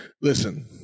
listen